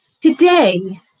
Today